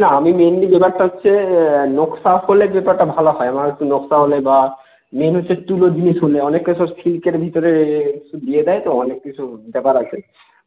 না আমি মেনলি ব্যাপারটা হচ্ছে নকশা হলে যে কটা ভালো হয় আমার আরকি নকশা হলে বা মেন হচ্ছে তুলোর জিনিস হলে অনেকে সব সিল্কের ভিতরে দিয়ে দেয় তো অনেক কিছু ব্যাপার আছে